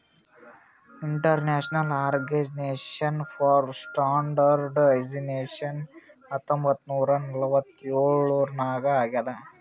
international Organization for Standardization ಹತ್ತೊಂಬತ್ ನೂರಾ ನಲ್ವತ್ತ್ ಎಳುರ್ನಾಗ್ ಆಗ್ಯಾದ್